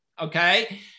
Okay